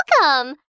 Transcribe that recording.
Welcome